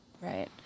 right